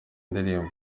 ndirimbo